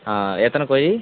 ஆ எத்தனை கோழி